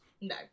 no